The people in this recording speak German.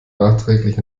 nachträglich